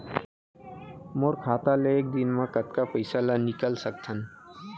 मोर खाता ले एक दिन म कतका पइसा ल निकल सकथन?